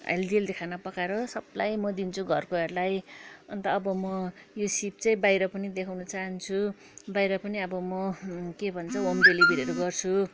healthy healthy खाना पकाएर सबलाई म दिन्छु घरकोहरूलाई अन्त अब म यो सिप चाहिँ बाहिर पनि देखाउनु चाहन्छु बाहिर पनि अब म के भन्छ होम डिलिभरीहरू गर्छु